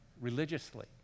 religiously